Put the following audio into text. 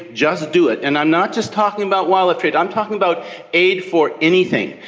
just do it. and i'm not just talking about wildlife trade, i'm talking about aid for anything,